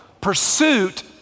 pursuit